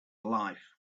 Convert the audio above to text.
life